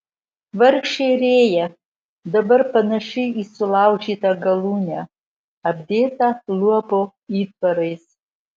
vargšė rėja dabar panaši į sulaužytą galūnę apdėtą luobo įtvarais